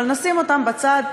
אבל נשים אותן בצד,